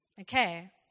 Okay